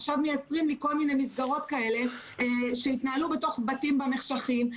עכשיו מייצרים לנו כל מיני מסגרות כאלה שיתנהלו בתוך בתים במחשכים,